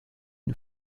une